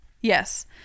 Yes